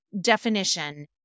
definition